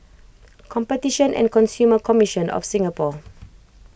Competition and Consumer Commission of Singapore